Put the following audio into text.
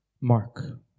Mark